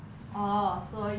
orh 所以